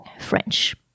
French